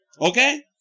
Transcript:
Okay